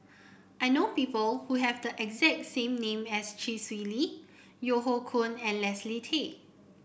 I know people who have the exact same name as Chee Swee Lee Yeo Hoe Koon and Leslie Tay